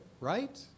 right